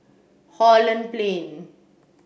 Holland Plain